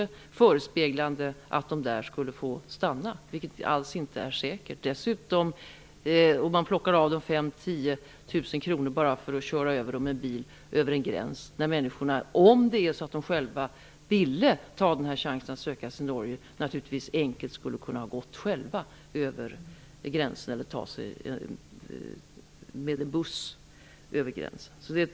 De förespeglades att de skulle få stanna där, vilket inte alls är säkert. De plockades av 5 000--10 000 kr bara för att bli körda med bil över en gräns. Om dessa människor själva ville ta chansen att söka sig till Norge kunde de naturligtvis enkelt gå över gränsen själva eller ta en buss.